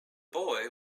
boy